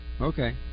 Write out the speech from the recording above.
Okay